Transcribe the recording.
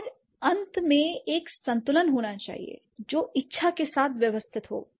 और अंत में एक संतुलन होना चाहिए जो इच्छा के साथ व्यवस्थित होगा